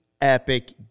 epic